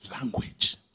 language